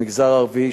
המגזר הערבי,